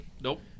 Nope